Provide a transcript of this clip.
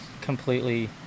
completely